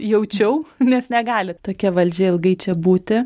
jaučiau nes negali tokia valdžia ilgai čia būti